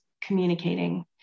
communicating